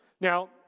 Now